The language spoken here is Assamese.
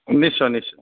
নিশ্চয় নিশ্চয়